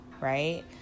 right